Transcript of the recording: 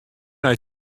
nei